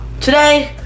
Today